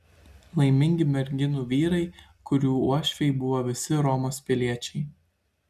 laimingi merginų vyrai kurių uošviai buvo visi romos piliečiai